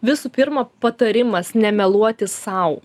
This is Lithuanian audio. visų pirma patarimas nemeluoti sau